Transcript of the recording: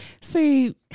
See